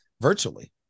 virtually